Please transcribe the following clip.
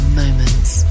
moments